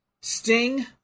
Sting